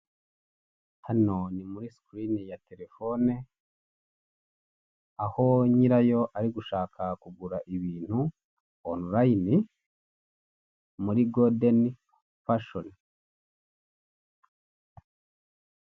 Hano ni muri sikirini ya terefone, aho nyirayo ari gushaka kugura ibintu onu rayini muri godeni fashoni.